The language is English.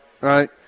right